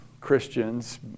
Christians